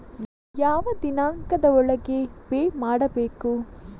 ಯಾವ ದಿನಾಂಕದ ಒಳಗೆ ಪೇ ಮಾಡಬೇಕು?